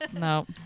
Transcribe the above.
no